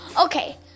Okay